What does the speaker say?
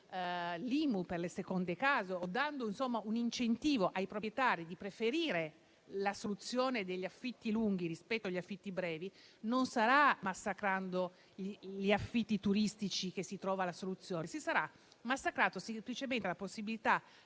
l'IMU per le seconde case o dando un incentivo ai proprietari che preferiscono la soluzione degli affitti lunghi rispetto agli affitti brevi, non sarà massacrando gli affitti turistici che si troverà la soluzione. Si sarà massacrata semplicemente la possibilità